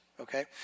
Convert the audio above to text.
okay